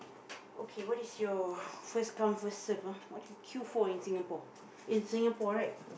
okay what is your first come first serve ah what do you queue for in Singapore in Singapore right